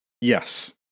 Yes